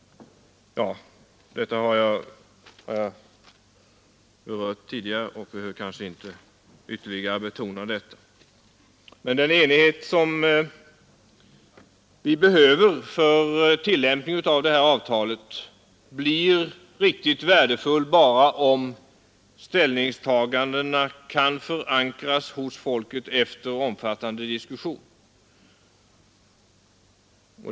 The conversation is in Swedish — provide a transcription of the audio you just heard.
ÖS Den enighet vi behöver för tillämpning av detta avtal blir riktigt värdefull bara om ställningstagandena kan förankras hos folket efter omfattande diskussion.